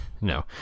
No